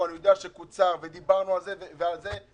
אני כמובן אצביע בעד ואני קורא לכם להסכים עם הדבר הזה ולא להיאבק בנו.